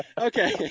Okay